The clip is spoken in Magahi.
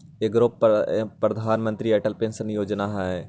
एगो प्रधानमंत्री अटल पेंसन योजना है?